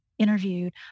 interviewed